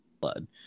blood